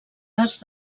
arts